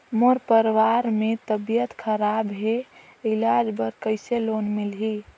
मोर परवार मे तबियत खराब हे इलाज बर कइसे लोन मिलही?